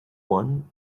one